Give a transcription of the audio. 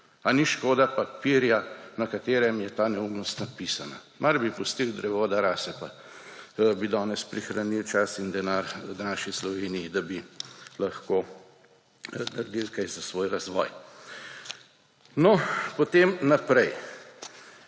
A ni škoda papirja, na katerem je ta neumnost napisana? Mar bi pustili drevo, da raste in bi danes prihranili čas in denar naši Sloveniji, da bi lahko naredili kaj za svoj razvoj. No, potem naprej.